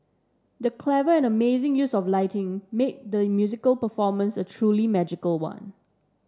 the clever and amazing use of lighting made the musical performance a truly magical one